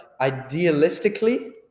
idealistically